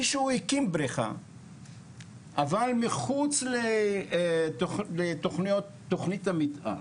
מישהו הקים בריכה אבל מחוץ לתוכנית המתאר.